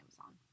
Amazon